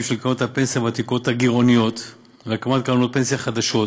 של קרנות הפנסיה הוותיקות הגירעוניות והקמת קרנות פנסיה חדשות